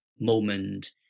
moment